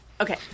Okay